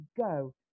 go